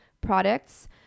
products